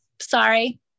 sorry